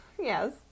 Yes